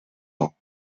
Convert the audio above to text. ans